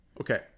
okay